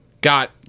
got